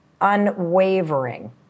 unwavering